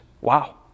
Wow